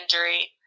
injury